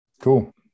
Cool